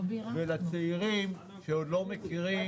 ולצעירים שעוד לא מכירים,